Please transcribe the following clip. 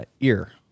EAR